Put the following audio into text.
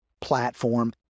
platform